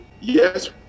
yes